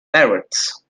parrots